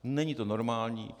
Není to normální.